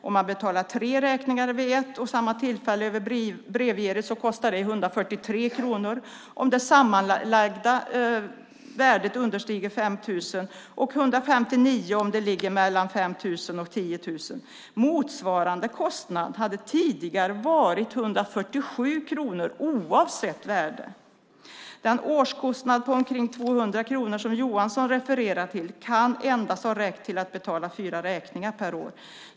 Om man betalar tre räkningar vid ett och samma tillfälle över Brevgirot kostar det 143 kronor om det sammanlagda värdet understiger 5 000 kronor och 159 kronor om det ligger mellan 5 000 och 10 000 kronor. Motsvarande kostnad hade tidigare varit 147 kronor oavsett värde. Den årskostnad på omkring 200 kronor som Johansson refererar till kan endast ha räckt till att betala fyra räkningar per år.